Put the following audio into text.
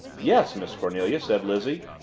yes, miss cornelia, said lizzie,